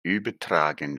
übertragen